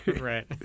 Right